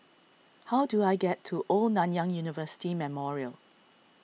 how do I get to Old Nanyang University Memorial